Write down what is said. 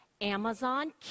Amazon